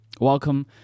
Welcome